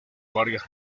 varias